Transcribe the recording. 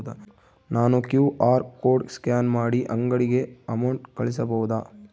ನಾನು QR code scan ಮಾಡಿ ಅಂಗಡಿಗೆ ಅಮೌಂಟ್ ಕಳಿಸಬಹುದಾ?